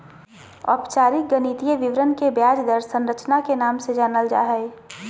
औपचारिक गणितीय विवरण के ब्याज दर संरचना के नाम से जानल जा हय